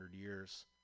years